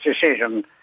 decision